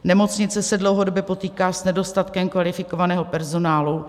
Nemocnice se dlouhodobě potýká s nedostatkem kvalifikovaného personálu.